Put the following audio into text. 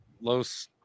Los